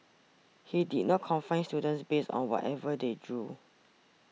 he did not confines students based on whatever they drew